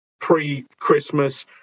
pre-Christmas